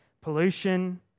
pollution